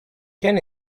can